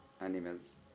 animals